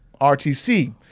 RTC